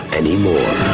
anymore